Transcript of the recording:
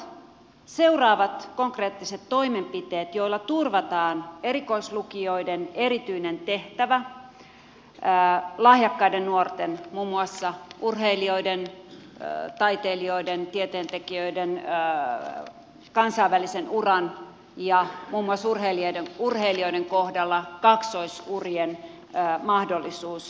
mitä ovat seuraavat konkreettiset toimenpiteet joilla turvataan erikoislukioiden erityinen tehtävä lahjakkaiden nuorten muun muassa urheilijoiden taiteilijoiden tieteentekijöiden kansainvälisen uran ja muun muassa urheilijoiden kohdalla kaksoisurien mahdollisuus